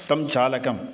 तं चालकम्